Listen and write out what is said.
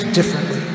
differently